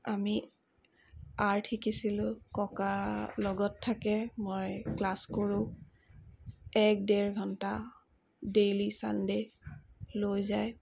আমি আৰ্ট শিকিছিলোঁ ককা লগত থাকে মই ক্লাছ কৰোঁ এক ডেৰ ঘণ্টা ডেইলি চানডে লৈ যায়